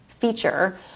feature